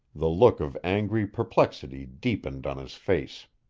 the look of angry perplexity deepened on his face.